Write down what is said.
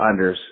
Unders